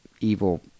evil